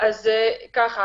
אז ככה,